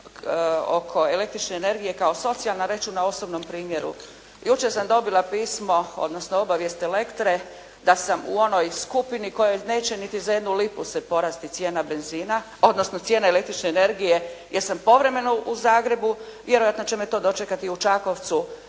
oko električne energije kao socijalna, reći ću na osobnom primjeru. Jučer sam dobila pismo, odnosno obavijest Elektre da sam u onoj skupini kojoj neće niti za jednu lipu se porasti cijena električne energije jer sam povremenu u Zagrebu. Vjerojatno će me to dočekati u Čakovcu.